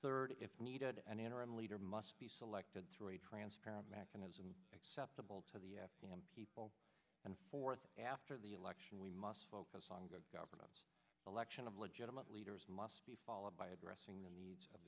third if needed an interim leader must be selected through a transparent mechanism acceptable to the people and fourth after the election we must focus on good governance election of legitimate leaders must be followed by addressing the needs of